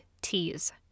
teas